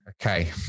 Okay